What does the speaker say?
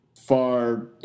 Far